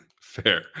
fair